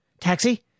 Taxi